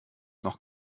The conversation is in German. noch